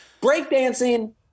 Breakdancing